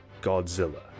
Godzilla